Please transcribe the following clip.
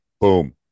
Boom